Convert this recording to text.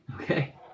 Okay